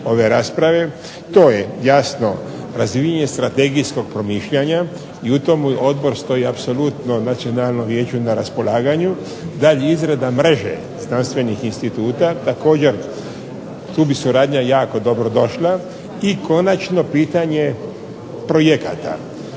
To je jasno razvijanje strategijskog promišljanja i u tome odbor stoji apsolutno Nacionalnom vijeću na raspolaganju. Dalje, izrada mreže znanstvenih instituta, također tu bi suradnja jako dobro došla. I konačno pitanje projekata.